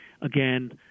again